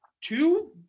two